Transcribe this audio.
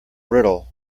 brittle